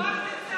מפריע לך?